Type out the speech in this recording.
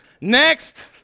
Next